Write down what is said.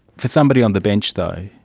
for somebody on the bench, though,